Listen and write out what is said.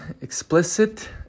explicit